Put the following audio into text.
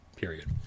Period